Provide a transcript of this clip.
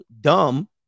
dumb